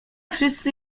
wszyscy